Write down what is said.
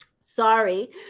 Sorry